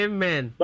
Amen